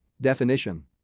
definition